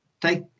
take